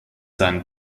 seinen